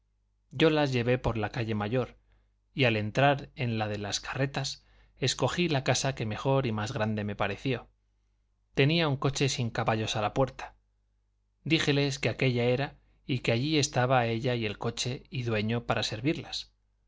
yo las llevé por la calle mayor y al entrar en la de las carretas escogí la casa que mejor y más grande me pareció tenía un coche sin caballos a la puerta díjeles que aquella era y que allí estaba ella y el coche y dueño para servirlas